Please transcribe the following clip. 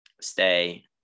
stay